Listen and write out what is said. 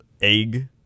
egg